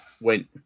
went